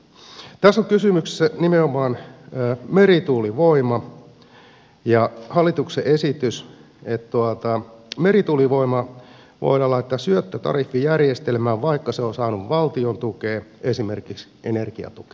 tässä on kysymyksessä nimenomaan merituulivoima ja hallituksen esitys että merituulivoima voidaan laittaa syöttötariffijärjestelmään vaikka se on saanut valtion tukea esimerkiksi energiatukea